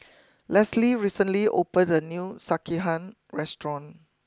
Leslie recently opened a new Sekihan restaurant